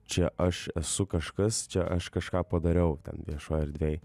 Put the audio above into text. čia aš esu kažkas čia aš kažką padariau ten viešoj erdvėj